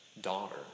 daughter